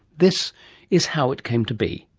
this is how it came to be.